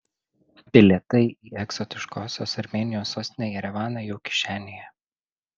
bilietai į egzotiškosios armėnijos sostinę jerevaną jau kišenėje